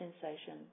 sensation